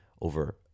over